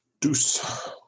Deuce